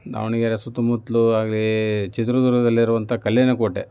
ದಾವಣಗೆರೆ ಸುತ್ತಮುತ್ತಲೂ ಆಗಲಿ ಚಿತ್ರದುರ್ಗದಲ್ಲಿರುವಂಥ ಕಲ್ಲಿನ ಕೋಟೆ